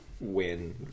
win